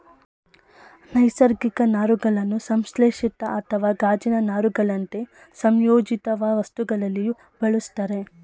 ನೈಸರ್ಗಿಕ ನಾರುಗಳನ್ನು ಸಂಶ್ಲೇಷಿತ ಅಥವಾ ಗಾಜಿನ ನಾರುಗಳಂತೆ ಸಂಯೋಜಿತವಸ್ತುಗಳಲ್ಲಿಯೂ ಬಳುಸ್ತರೆ